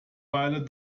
weile